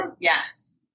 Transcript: Yes